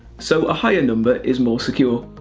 so a higher number is more secure.